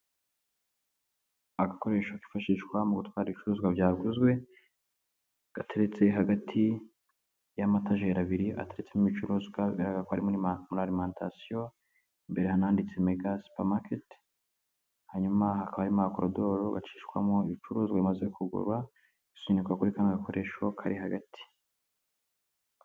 Agakoresho kifashishwa mu gutwara ibicuruzwa byaguzwe, gateretse hagati y'amatajeri abiri, ataretsemo ibicuruzwa biga ko ari muri arementasiyo, imbere hananditse mega supamaketi, hanyuma aba makorodoro bacishwamo ibicuruzwa bimaze kugurwa, isunikwa kuri ka gakoresho kari hagati.